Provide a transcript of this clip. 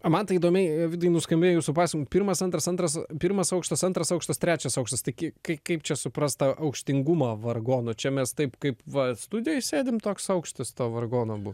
man tai įdomiai e vidai nuskambėjo jūsų pas mu pirmas antras antras e pirmas aukštas antras aukštas trečias aukštas tai kie kai kaip čia suprast tą aukštingumą vargonų čia mes taip kaip va studijoj sėdim toks aukštis to vargono bu